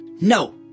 No